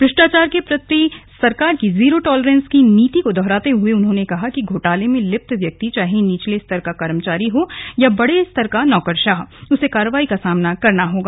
भ्रष्टाचार के प्रति अपनी सरकार की जीरो टालरेंस की नीति को दोहराते हुए उन्होंने कहा कि घोटाले में लिप्त व्यक्ति चाहे निचले स्तर का कर्मचारी हो या कोई बड़ा नौकरशाह उसे कार्रवाई का सामना करना होगा